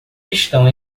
estão